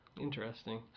Interesting